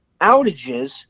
outages